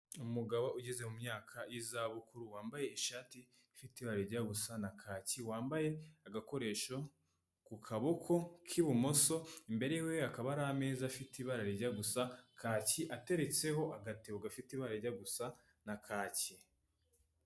Umugabo ugeze mu myaka y'iza bukuru wambaye ishati ifite ibara rijya gusa na kaki, wambaye agakoresho ku kaboko k'ibumoso, imbere yiwe hakaba hari ameza afite ibara rijya gusa kaki ateretseho agatebo gafite ibara rijya gusa na kaki.